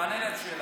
תענה לי על השאלה.